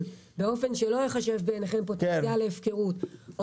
באופן שלא ייחשב בעיניכם פוטנציאל להפקרות,